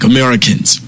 Americans